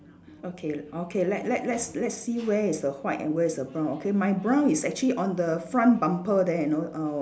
okay okay let let let's let's see where is the white and where is the brown okay my brown is actually on the front bumper there you know uh